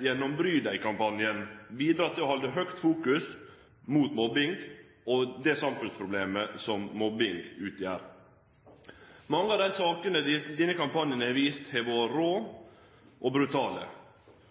gjennom Bry deg-kampanjen bidrege til å fokusere på mobbing og det samfunnsproblemet som mobbing utgjer. Mange av dei sakene denne kampanjen har vist, har vore rå og brutale,